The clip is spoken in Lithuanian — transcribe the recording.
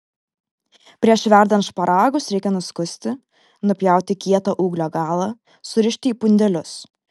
prieš verdant šparagus reikia nuskusti nupjauti kietą ūglio galą surišti į pundelius